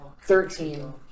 Thirteen